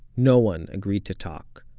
no one agreed to talk.